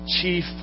chief